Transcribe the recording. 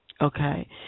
Okay